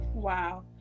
Wow